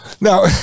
now